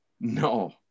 No